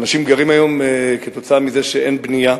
אנשים גרים היום, כתוצאה מזה שאין בנייה,